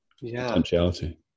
potentiality